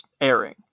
airing